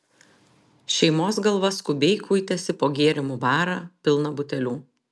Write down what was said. šeimos galva skubiai kuitėsi po gėrimų barą pilną butelių